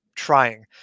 trying